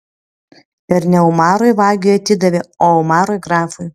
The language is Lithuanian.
ir ne umarui vagiui atidavė o umarui grafui